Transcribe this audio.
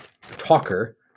talker